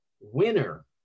winner